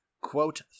quote